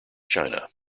china